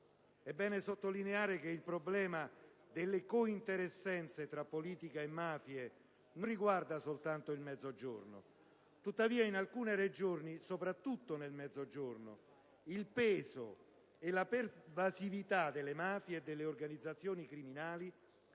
È bene sottolineare che il problema delle cointeressenze tra politica e mafie non riguarda soltanto il Mezzogiorno, tuttavia in alcune Regioni, soprattutto del Mezzogiorno, il peso e la pervasività delle mafie e delle organizzazioni criminali